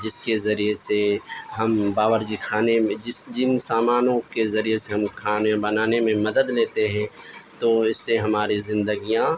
جس کے ذریعے سے ہم باورچی خانے میں جس جن سامانوں کے ذریعے سے ہم کھانے بنانے میں مدد لیتے ہیں تو اس سے ہماری زندگیاں